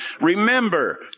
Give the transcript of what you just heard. Remember